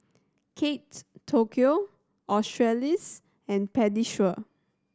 Kate Tokyo Australis and Pediasure